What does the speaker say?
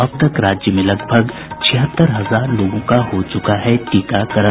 अब तक राज्य में लगभग छिहत्तर हजार लोगों का हो चुका है टीकाकरण